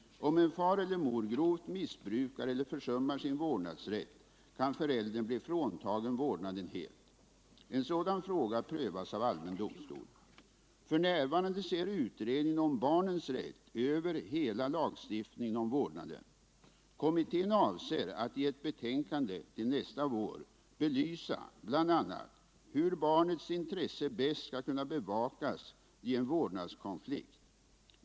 Om en far eller en mor gravt missbrukar eller försummar sin vårdnadsrätt, kan föräldern bli fråntagen vårdnaden helt. En sådan fråga prövas av allmän domstol. F.n. ser utredningen om barnens rätt över hela lagstiftningen om vårdnaden. Kommittén avser att i ett betänkande till nästa vår belysa bl.a. hur barnets intresse bäst skall kunna bevakas i en vårdnadskonflikt.